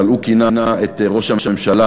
אבל הוא כינה את ראש הממשלה: